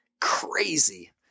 crazy